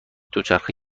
دوچرخه